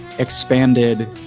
expanded